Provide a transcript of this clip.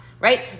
Right